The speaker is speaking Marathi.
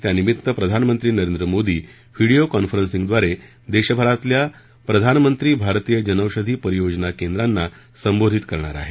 त्यानिमित्त प्रधानमंत्री नरेंद्र मोदी व्हिडियो कॉन्फरन्सिंगव्वारे देशभरातल्या प्रधानमंत्री भारतीय जनोषधी परियोजना केंद्रांना संबोधित करणार आहेत